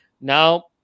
Now